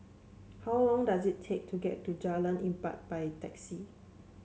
how long does it take to get to Jalan Empat by taxi